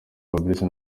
fabrice